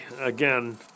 Again